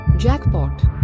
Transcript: jackpot